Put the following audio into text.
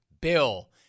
bill